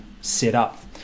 setup